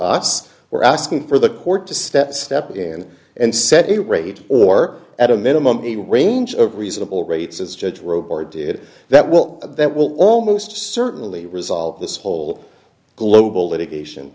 us we're asking for the court to step step in and set a raid or at a minimum a range of reasonable rates as judge robe or did that well that will almost certainly resolve this whole global litigation